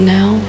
Now